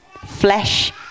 flesh